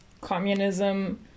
communism